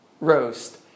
roast